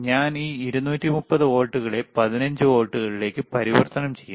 ഞാൻ ഈ 230 വോൾട്ടുകളെ 15 വോൾട്ടിലേക്ക് പരിവർത്തനം ചെയ്യുന്നു